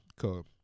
Cool